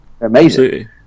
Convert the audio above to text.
amazing